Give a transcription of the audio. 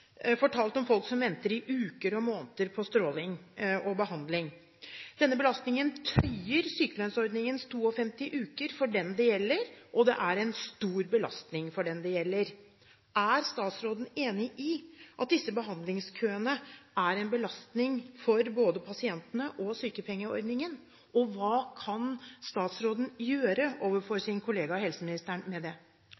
fortalt om folk som venter i uker og måneder på strålebehandling og annen behandling. Denne belastningen tøyer sykelønnsordningens 52 uker for den det gjelder – det er en stor belastning for den det gjelder. Er statsråden enig i at disse behandlingskøene er en belastning for både pasientene og sykepengeordningen? Hva kan statsråden gjøre med dette overfor